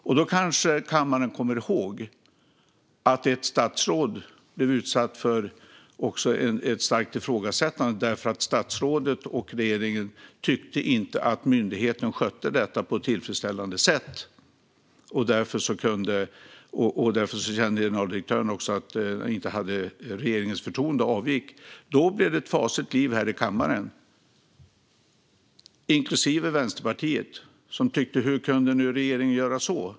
Kammaren kanske kommer ihåg att ett statsråd blev starkt ifrågasatt eftersom statsrådet och regeringen tyckte att myndigheten inte skötte detta på ett tillfredsställande sätt och att myndighetens generaldirektör då kände att hon inte hade regeringens förtroende och avgick. Det blev ett fasligt liv i kammaren - även från Vänsterpartiet, som ifrågasatte hur regeringen kunde göra så.